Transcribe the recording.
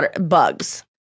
bugs